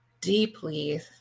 deeply